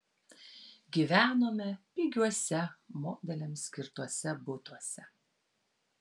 gyvenome pigiuose modeliams skirtuose butuose